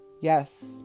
Yes